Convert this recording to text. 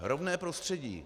Rovné prostředí.